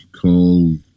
called